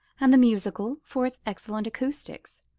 and the musical for its excellent acoustics,